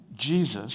Jesus